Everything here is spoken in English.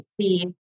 see